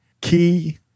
key